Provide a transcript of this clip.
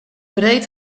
breed